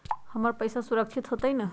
हमर पईसा सुरक्षित होतई न?